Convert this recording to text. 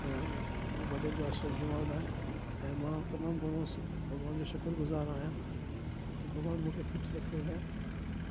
ऐं वॾनि जो आर्शीवाद आहे ऐं मां तमामु घणो भॻवान जो शुक्रगुज़ार आहियां त भॻवानु मूंखे फिट रखियो आहे